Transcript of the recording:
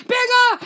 Bigger